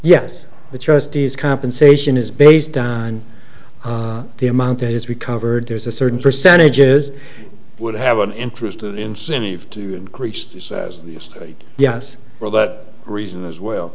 yes the trustees compensation is based on the amount that is recovered there's a certain percentage is would have an interest incentive to increase the size of the estate yes well that reason as well